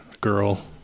girl